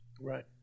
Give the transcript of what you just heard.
right